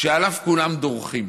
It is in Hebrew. שעליו כולם דורכים.